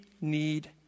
need